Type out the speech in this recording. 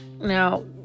now